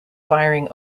firing